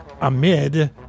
amid